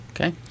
Okay